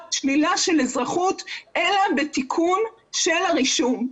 בשלילה של אזרחות אלא בתיקון של הרישום.